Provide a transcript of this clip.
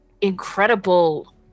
incredible